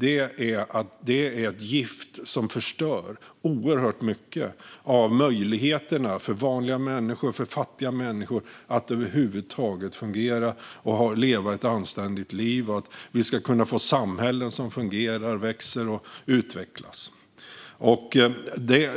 är ett gift som förstör oerhört mycket av möjligheterna för vanliga människor, för fattiga människor, att över huvud taget fungera och leva ett anständigt liv. Den stora frågan när det gäller korruption i världen är att vi ska kunna få samhällen som fungerar, växer och utvecklas.